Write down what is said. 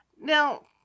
now